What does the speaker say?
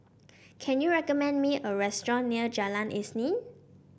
can you recommend me a restaurant near Jalan Isnin